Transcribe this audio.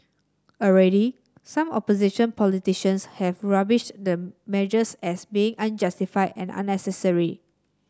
already some opposition politicians have rubbished the measures as being unjustified and unnecessary